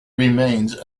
remains